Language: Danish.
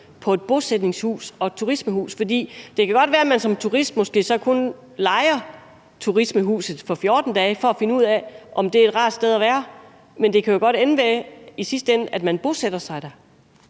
på et bosætningshus og et turismehus. For det kan måske godt være, at man som turist så kun lejer turismehuset for 14 dage for at finde ud af, om det er et rart sted at være, men det kan jo godt ende med, at man bosætter sig der.